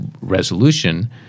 resolution